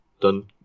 done